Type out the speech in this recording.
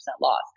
loss